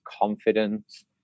confidence